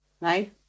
right